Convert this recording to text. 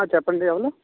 ఆ చెప్పండి ఎవరు